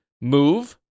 move